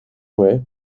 fue